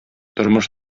тормыш